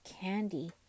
candy